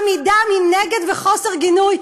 עמידה מנגד וחוסר גינוי,